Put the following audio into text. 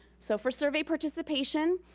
so for survey participation,